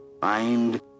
Find